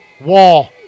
Wall